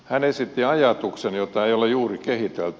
hän esitti ajatuksen jota ei ole juuri kehitelty